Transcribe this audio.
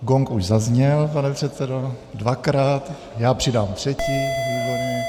Gong už zazněl, pane předsedo, dvakrát, já přidám třetí.